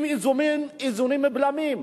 עם איזונים ובלמים.